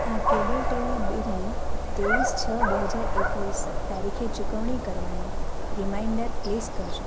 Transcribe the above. આ cable TV બિલની ત્રેવીસ છ બે હજાર એકવીસ તારીખે ચૂકવણી કરવાનો રીમાઈન્ડર પ્લેસ કરજો